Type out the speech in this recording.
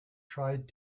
tried